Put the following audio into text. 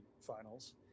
finals